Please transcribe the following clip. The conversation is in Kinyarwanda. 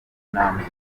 ntambwe